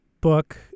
book